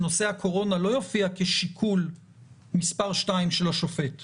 שנושא הקורונה לא יופיע כשיקול מספר שתיים של השופט ----- לא,